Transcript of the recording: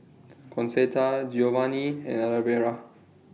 Concetta Geovanni and Alvera